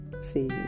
see